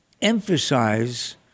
Emphasize